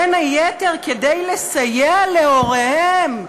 בין היתר כדי לסייע להוריהם.